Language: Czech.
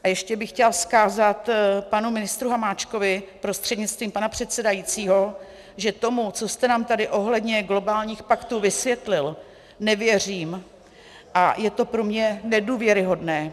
A ještě bych chtěla vzkázat panu ministru Hamáčkovi prostřednictvím pana předsedajícího, že tomu, co jste nám tady ohledně globálních paktů vysvětlil, nevěřím a je to pro mě nedůvěryhodné.